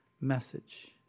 message